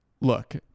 look